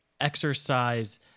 exercise